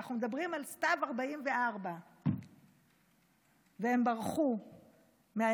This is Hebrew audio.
אנחנו מדברים על סתיו 1944. והם ברחו מעיירת